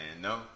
No